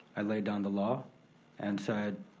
i laid down the law and said,